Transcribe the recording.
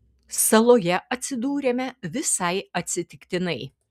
saloje atsidūrėme visai atsitiktinai